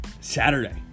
Saturday